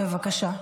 בבקשה.